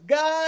God